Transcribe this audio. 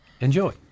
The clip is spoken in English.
enjoy